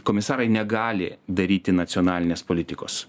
komisarai negali daryti nacionalinės politikos